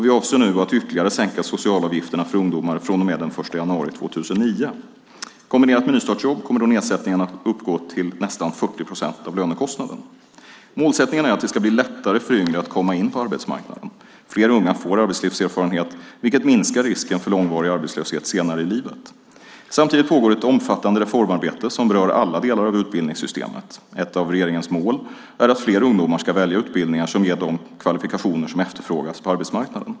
Vi avser nu att ytterligare sänka socialavgifterna för ungdomar från och med den 1 januari 2009. Kombinerat med nystartsjobb kommer då nedsättningen att uppgå till nästan 40 procent av lönekostnaden. Målsättningen är att det ska bli lättare för yngre att komma in på arbetsmarknaden. Fler unga får arbetslivserfarenhet, vilket minskar risken för långvarig arbetslöshet senare i livet. Samtidigt pågår ett omfattade reformarbete som berör alla delar av utbildningssystemet. Ett av regeringens mål är att fler ungdomar ska välja utbildningar som ger dem kvalifikationer som efterfrågas på arbetsmarknaden.